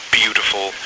beautiful